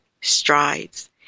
strides